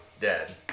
dead